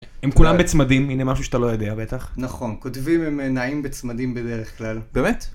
הם כולם בצמדים, הנה משהו שאתה לא יודע בטח, נכון כותבים הם נעים בצמדים בדרך כלל. באמת?